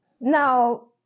Now